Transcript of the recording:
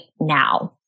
now